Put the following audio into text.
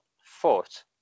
foot